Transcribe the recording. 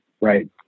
right